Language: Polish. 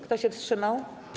Kto się wstrzymał?